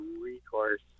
recourse